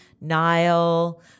Nile